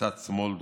לצד שמאל דוחה,